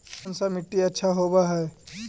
कोन सा मिट्टी अच्छा होबहय?